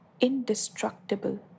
indestructible